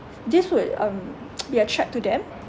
this would um be a threat to them